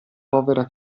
povera